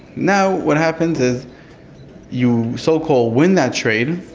now what happens is you so-called win that trade,